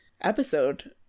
episode